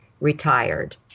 retired